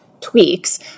tweaks